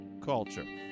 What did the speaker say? culture